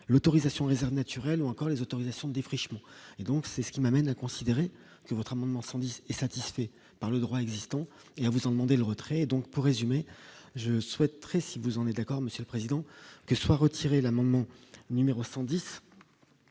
l'autorisation réservé. Sur elle ou encore les autorisations défrichements et donc c'est ce qui m'amène à considérer que votre amendement Sandy est satisfait par le droit existant, et vous en demander le retrait, donc, pour résumer, je souhaiterais si vous, on est d'accord Monsieur le Président, que soit retiré l'amendement numéro 110